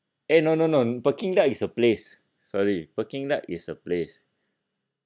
eh no no no peking duck is a place peking duck is a place